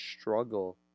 struggle